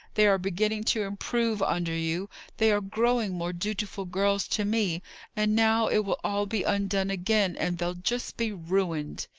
they are beginning to improve under you they are growing more dutiful girls to me and now it will all be undone again, and they'll just be ruined!